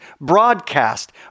broadcast